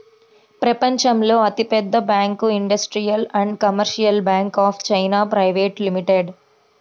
ప్రపంచంలో అతిపెద్ద bank industrial and commercial bank of China private limited